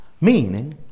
Meaning